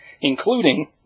including